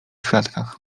świadkach